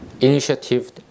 initiative